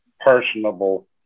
personable